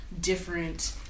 Different